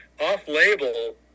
off-label